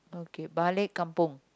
okay balik kampung